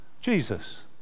Jesus